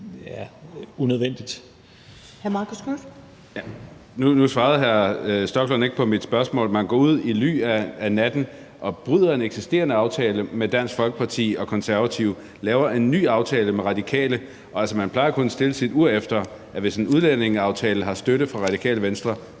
Knuth (KF): Nu svarede hr. Rasmus Stoklund ikke på mit spørgsmål. Man går ud i ly af natten og bryder en eksisterende aftale med Dansk Folkeparti og Konservative og laver en ny aftale med Radikale, og altså, man plejer at kunne stille sit ur efter, at hvis en udlændingeaftale har støtte fra Radikale Venstre,